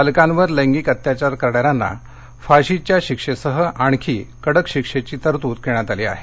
बालकांवर लैंगिक अत्याचार करणाऱ्यांना फाशीच्या शिक्षेसह आणखी कडक शिक्षेची तरतूद यामध्ये करण्यात आली आहे